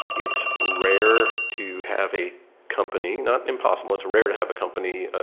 it's rare to have a company, not impossible. it's rare to have a company,